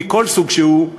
מכל סוג שהוא,